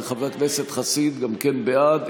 וחבר הכנסת חסיד גם כן בעד,